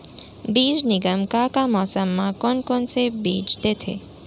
बीज निगम का का मौसम मा, कौन कौन से बीज देथे?